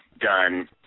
done